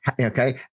Okay